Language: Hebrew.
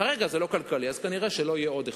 כרגע זה לא כלכלי, ולכן כנראה לא יהיה עוד אחד.